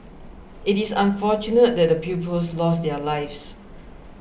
it is unfortunate that the pupils lost their lives